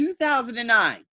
2009